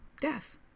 death